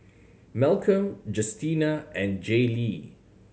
Malcom Justina and Jaylee